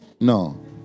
no